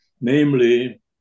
Namely